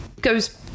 goes